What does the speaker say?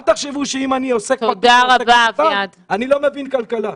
אל תחשבו שאם אני עוסק פטור או עסק קטן אני לא מבין כלכלה.